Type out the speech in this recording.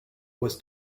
was